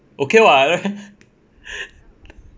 okay [what]